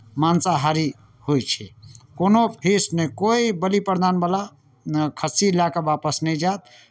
मांसाहारी होइ छै कोनो फीस नहि कोइ बलि प्रदानवला खस्सी लए कऽ वापस नहि जायत